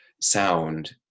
sound